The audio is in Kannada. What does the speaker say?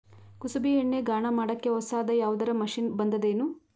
ಕುಸುಬಿ ಎಣ್ಣೆ ಗಾಣಾ ಮಾಡಕ್ಕೆ ಹೊಸಾದ ಯಾವುದರ ಮಷಿನ್ ಬಂದದೆನು?